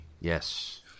Yes